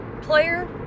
player